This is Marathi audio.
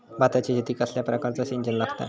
भाताच्या शेतीक कसल्या प्रकारचा सिंचन लागता?